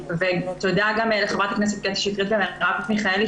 תודה גם לחברת הכנסת קטי שטרית ולמרב מיכאלי